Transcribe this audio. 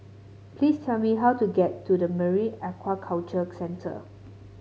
please tell me how to get to Marine Aquaculture Centre